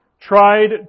tried